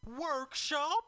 Workshop